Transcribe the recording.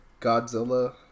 Godzilla